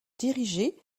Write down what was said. dirigé